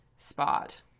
spot